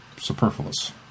superfluous